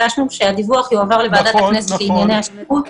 ביקשנו שהדיווח יעובר לוועדת הכנסת בענייני השירות.